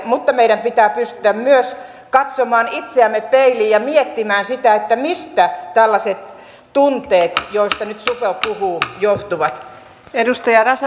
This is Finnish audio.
mutta meidän pitää pystyä myös katsomaan itseämme peiliin ja miettimään sitä mistä tällaiset tunteet joista nyt supo puhuu johtuvat